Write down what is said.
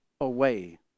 away